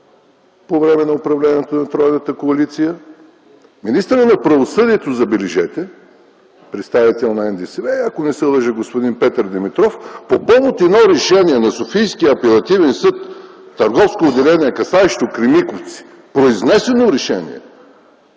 по време на управлението на тройната коалиция, министърът на правосъдието, забележете, представител на НДСВ, и ако не се лъжа – господин Петър Димитров, по повод едно решение на Софийския апелативен съд, Търговско отделение, касаещо Кремиковци, по произнесено решение